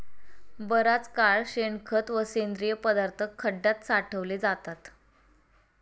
बराच काळ शेणखत व सेंद्रिय पदार्थ खड्यात साठवले जातात